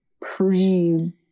pre